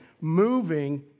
Moving